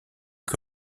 que